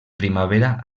primavera